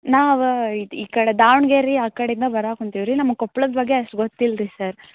ನಾವು ಇದು ಈ ಕಡೆ ದಾವಣ್ಗೆರೆ ಆ ಕಡಿಂದ ಬರೋಕ್ ಒಂತಿವ್ರಿ ನಮಗೆ ಕೊಪ್ಳದ ಬಗ್ಗೆ ಅಷ್ಟು ಗೊತ್ತಿಲ್ಲ ರೀ ಸರ್